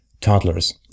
toddlers